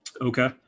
Okay